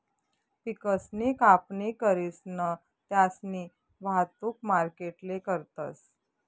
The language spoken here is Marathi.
पिकसनी कापणी करीसन त्यास्नी वाहतुक मार्केटले करतस